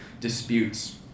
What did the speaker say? disputes